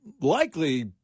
likely